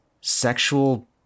sexual